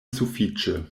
sufiĉe